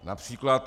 Například.